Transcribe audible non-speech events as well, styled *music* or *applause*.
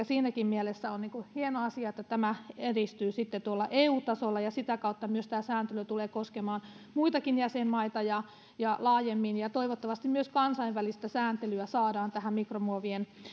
*unintelligible* siinäkin mielessä on hieno asia että tämä edistyy tuolla eu tasolla ja sitä kautta myös tämä sääntely tulee koskemaan muitakin jäsenmaita ja ja laajemmin toivottavasti myös kansainvälistä sääntelyä saadaan tähän mikromuovien